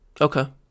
Okay